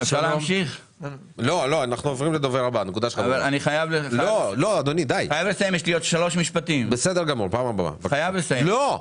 אני חייב לומר עוד משהו.\ לא.